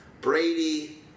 Brady